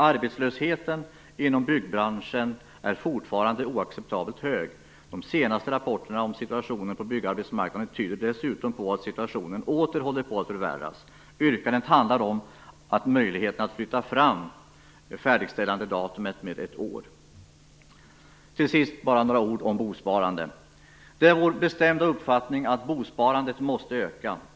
Arbetslösheten inom byggbranschen är fortfarande oacceptabelt hög. De senaste rapporterna om situationen på byggarbetsmarknaden tyder dessutom på att situationen åter håller på att förvärras. Yrkandet handlar om att ge möjlighet att flytta fram färdigställandedatumet ett år. Till sist vill jag säga några ord om bosparande. Det är vår bestämda uppfattning att bosparandet måste öka.